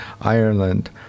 Ireland